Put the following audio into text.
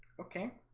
okay